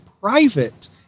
private